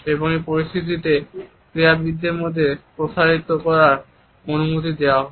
এবং এই পরিস্থিতিতে ক্রীড়াবিদদের মধ্যে প্রসারিত করার অনুমতি দেওয়া হয়